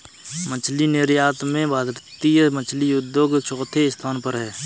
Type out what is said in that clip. मछली निर्यात में भारतीय मछली उद्योग चौथे स्थान पर है